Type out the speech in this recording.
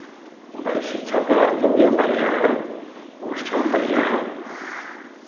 बड़े शिक्षा का जो भी हमारे यहाँ है व्यवस्था बढ़ियाँ है